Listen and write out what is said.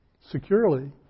securely